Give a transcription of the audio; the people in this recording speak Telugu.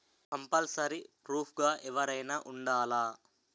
కంపల్సరీ ప్రూఫ్ గా ఎవరైనా ఉండాలా?